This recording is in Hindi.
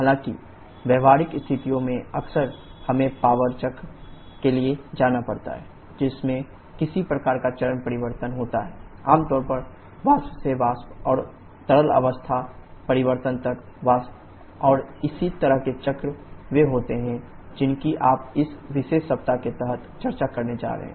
हालाँकि व्यावहारिक स्थितियों में अक्सर हमें पवर चक्रों के लिए जाना पड़ता है जिसमें किसी प्रकार का चरण परिवर्तन होता है आमतौर पर वाष्प से वाष्प और तरल अवस्था परिवर्तन तक वाष्प और इसी तरह के चक्र वे होते हैं जिनकी आप इस विशेष सप्ताह के तहत चर्चा करने जा रहे हैं